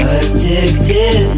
Addicted